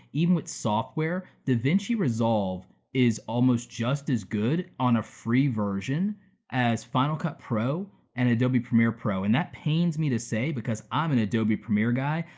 even with software, davinci resolve is almost just as good on a free version as final cut pro and adobe premier pro, and that pains me to say because i'm an adobe premier guy,